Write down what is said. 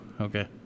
okay